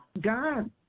God